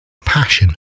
passion